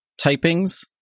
typings